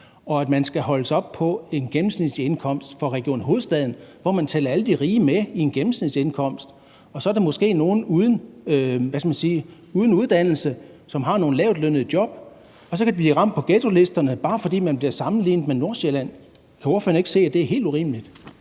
og man skal holdes op mod en gennemsnitsindkomst for Region Hovedstaden. For man tæller alle de rige med i en gennemsnitsindkomst. Så er der måske nogle uden uddannelse, som har nogle lavtlønnede job, og så kan de blive ramt i forhold til ghettolisterne, bare fordi man bliver sammenlignet med Nordsjælland. Kan ordføreren ikke se, at det er helt urimeligt?